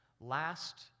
last